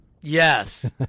Yes